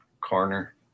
corner